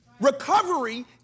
recovery